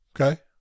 Okay